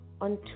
on